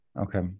okay